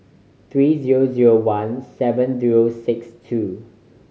three zero zero one seven zero six two